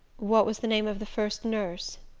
what was the name of the first nurse?